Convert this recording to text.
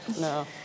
no